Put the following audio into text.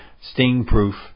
sting-proof